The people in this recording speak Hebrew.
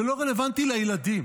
זה לא רלוונטי לילדים.